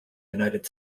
united